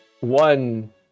one